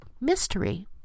mystery